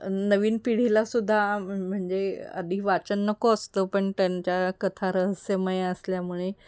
नवीन पिढीलासुद्धा म्हणजे आधी वाचन नको असतं पण त्यांच्या कथा रहस्यमय असल्यामुळे